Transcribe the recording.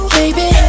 baby